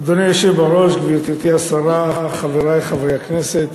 אדוני היושב בראש, גברתי השרה, חברי חברי הכנסת,